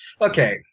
Okay